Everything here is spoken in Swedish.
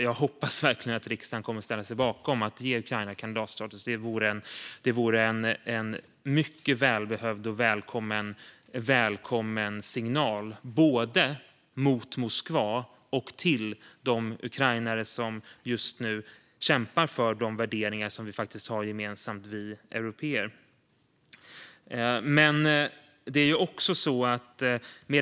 Jag hoppas verkligen att riksdagen kommer att ställa sig bakom förslaget att ge Ukraina kandidatstatus, för det vore en mycket välbehövlig och välkommen signal både till Moskva och till de ukrainare som just nu kämpar för de värderingar som vi européer faktiskt har gemensamt.